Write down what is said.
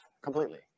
completely